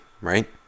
right